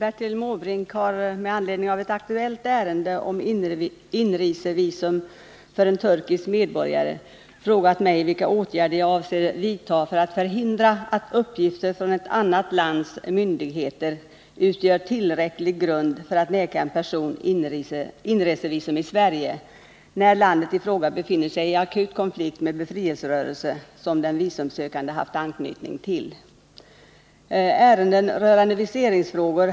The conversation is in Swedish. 1973 kidnappades den turkiske medborgaren Hassan Bulut av israeliska trupper från ett flyktingläger i norra Libanon, Nahr al-Bared. Han dömdes avisraelisk domstol till sju års fängelse för medlemskap i befrielserörelsen Al Fatah. För tre år sedan ingick han äktenskap med en svensk medborgare.